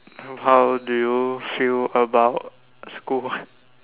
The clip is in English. how do you feel about school